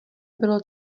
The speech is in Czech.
bylo